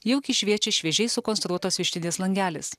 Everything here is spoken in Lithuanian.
jaukiai šviečia šviežiai sukonstruotos vištidės langelis